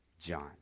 John